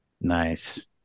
Nice